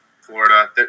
Florida